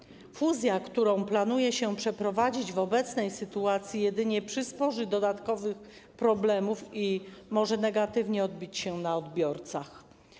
Fuzja, którą planuje się przeprowadzić, w obecnej sytuacji jedynie przysporzy dodatkowych problemów i może negatywnie odbić się na odbiorcach.